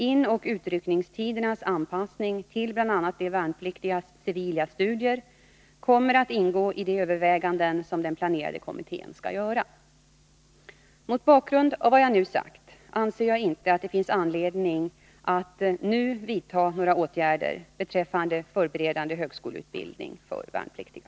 Inoch utryckningstidernas anpassning till bl.a. de värnpliktigas civila studier kommer att ingå i de överväganden som den planerade kommittén skall göra. Mot bakgrund av vad jag nu sagt anser jag inte att det finns anledning att nu vidta några åtgärder beträffande förberedande högskoleutbildning för värnpliktiga.